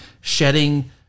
shedding